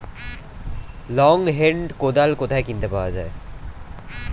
Long hand কোদাল কোথায় কিনতে পাওয়া যায়?